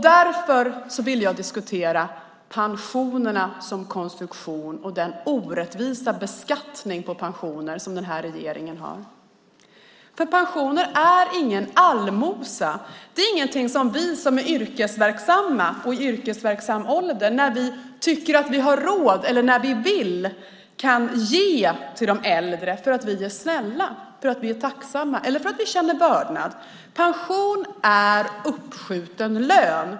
Därför vill jag diskutera pensionerna som konstruktion och den orättvisa beskattning av pensioner som den här regeringen har. Pensionen är ingen allmosa. Det är ingenting som vi som är yrkesverksamma och i yrkesverksam ålder kan, när vi tycker att vi har råd och vill, ge till de äldre därför att vi är snälla, för att vi är tacksamma eller för att vi känner vördnad. Pension är uppskjuten lön.